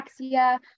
anorexia